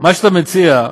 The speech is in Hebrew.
מה שאתה מציע,